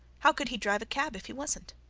how could he drive a cab if he wasn't?